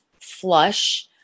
flush